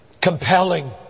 compelling